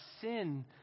sin